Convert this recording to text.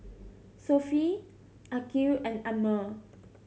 Sofea Aqil and Ammir